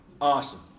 Awesome